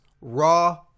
Raw